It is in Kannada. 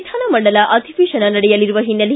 ವಿಧಾನಮಂಡಲ ಅಧಿವೇಶನ ನಡೆಯಲಿರುವ ಹಿನ್ನೆಲೆ